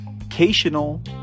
occasional